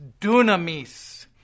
dunamis